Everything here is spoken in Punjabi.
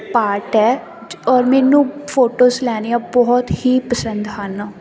ਪਾਰਟ ਹੈ ਜ ਔਰ ਮੈਨੂੰ ਫੋਟੋਸ ਲੈਣੀਆ ਬਹੁਤ ਹੀ ਪਸੰਦ ਹਨ